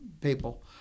people